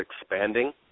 expanding